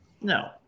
No